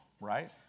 right